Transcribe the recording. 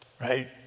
Right